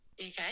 okay